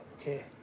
Okay